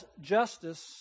justice